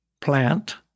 plant